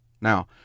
Now